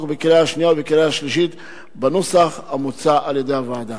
בקריאה השנייה ובקריאה השלישית בנוסח המוצע על-ידי הוועדה.